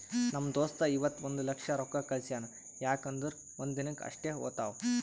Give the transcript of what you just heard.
ನಮ್ ದೋಸ್ತ ಇವತ್ ಒಂದ್ ಲಕ್ಷ ರೊಕ್ಕಾ ಕಳ್ಸ್ಯಾನ್ ಯಾಕ್ ಅಂದುರ್ ಒಂದ್ ದಿನಕ್ ಅಷ್ಟೇ ಹೋತಾವ್